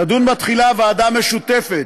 תדון בה תחילה ועדה משותפת,